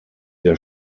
der